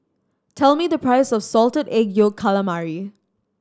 tell me the price of Salted Egg Yolk Calamari